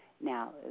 now